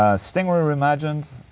ah stingray reimagined,